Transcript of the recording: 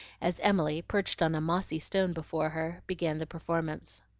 as emily, perched on a mossy stone before her, began the performance.